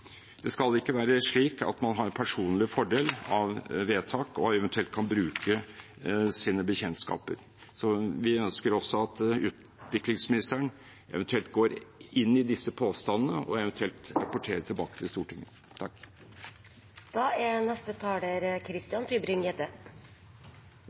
Det skal ikke være slik at man har personlig fordel av vedtak og av eventuelt å bruke sine bekjentskaper. Vi ønsker at utviklingsministeren går inn i disse påstandene og eventuelt rapporterer tilbake til Stortinget. Jeg vil først bemerke at det er